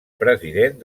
president